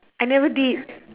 I never did